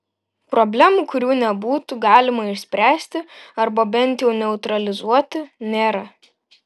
problemų kurių nebūtų galima išspręsti arba bent jau neutralizuoti nėra